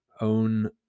own